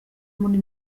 muri